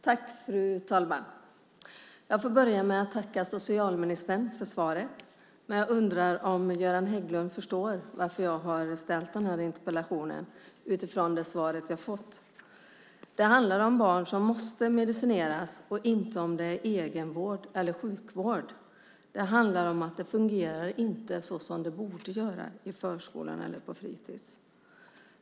Fru talman! Jag får börja med att tacka socialministern för svaret, men jag undrar utifrån det svar jag fått om Göran Hägglund förstår varför jag har ställt den här interpellationen. Det handlar om barn som måste medicineras och inte om huruvida det är egenvård eller sjukvård. Det handlar om att det inte fungerar såsom det borde göra i förskolan eller på fritids.